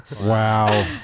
wow